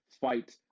fight